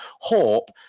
hope